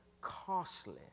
costly